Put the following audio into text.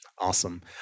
Awesome